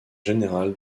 général